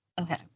okay